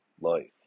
life